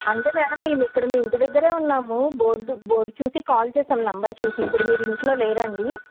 అంటే మేడం మేము ఇక్కడ మీ ఇంటి దగ్గరే ఉన్నాము బోర్డు బోర్డ్ చూసి కాల్ చేశాము నెంబర్ చూసి ఇప్పుడు మీరు ఇంట్లో లేరా అండి